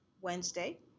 Wednesday